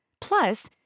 Plus